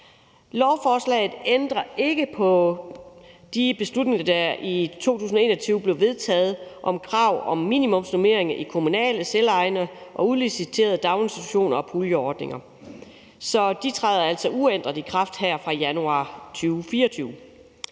Lovforslaget ændrer ikke på de beslutninger, der i 2021 blev vedtaget, om krav om minimumsnormeringer i kommunale, selvejende og udliciterede daginstitutioner og puljeordninger. Så de træder altså uændret i kraft her fra januar 2024.